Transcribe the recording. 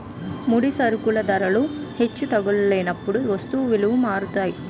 ముడి సరుకుల ధరలు హెచ్చు తగ్గులైనప్పుడు వస్తువు విలువలు మారుతాయి